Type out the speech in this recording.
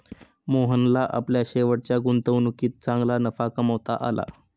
मोहनला आपल्या शेवटच्या गुंतवणुकीत चांगला नफा कमावता आला